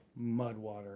Mudwater